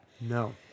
No